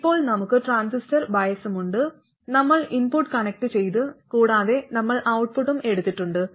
ഇപ്പോൾ നമുക്ക് ട്രാൻസിസ്റ്റർ ബയസുമുണ്ട് നമ്മൾ ഇൻപുട്ട് കണക്റ്റുചെയ്തു കൂടാതെ നമ്മൾ ഔട്ട്പുട്ടും എടുത്തിട്ടുണ്ട്